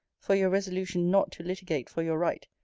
for your resolution not to litigate for your right,